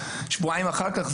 שבועיים אחר כך,